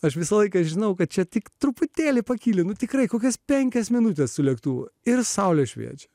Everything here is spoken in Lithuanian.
aš visą laiką žinau kad čia tik truputėlį pakyli nu tikrai kokias penkias minutes sulėktų ir saulė šviečia